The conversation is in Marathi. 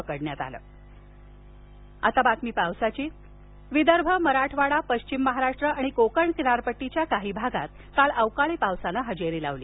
पाऊस विदर्भ मराठवाडा पश्चिम महाराष्ट्र आणि कोकण किनारपट्टीच्या काही भागात काल अवकाळी पावसानं हजेरी लावली